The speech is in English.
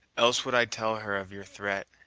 else would i tell her of your threat,